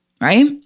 Right